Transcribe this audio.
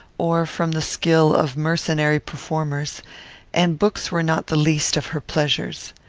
or from the skill of mercenary performers and books were not the least of her pleasures.